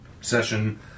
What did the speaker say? session